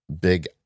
big